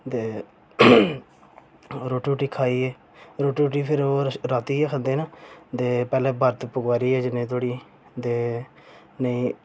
ते रोटी रूट्टी खाइयै रोटी रूट्टी फिर ओह् रातीं गै खंदे न ते पैह्ला बरत पोआरियै जिन्ने धोड़ी ते नेईं